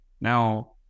Now